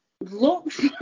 looks